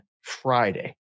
Friday